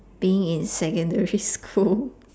being in secondary school